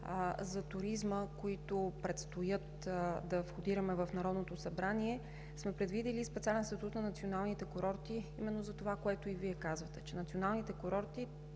за туризма, които предстои да входираме в Народното събрание, сме предвидили специален статут на националните курорти, именно за това, което Вие казвате – че националните курорти